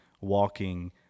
walking